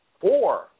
four